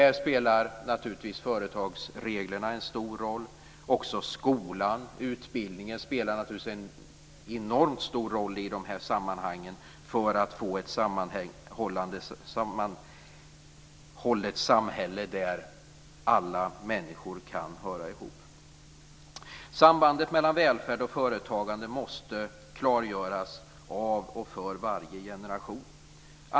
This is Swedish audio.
Här spelar naturligtvis företagsreglerna en stor roll. Och skolan, utbildningen, spelar naturligtvis en enormt stor roll i de här sammanhangen för att det ska bli ett sammanhållet samhälle där alla människor kan höra ihop. Sambandet mellan välfärd och företagande måste klargöras av och för varje generation.